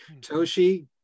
Toshi